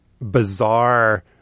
bizarre